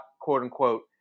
quote-unquote